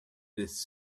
this